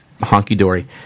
honky-dory